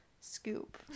scoop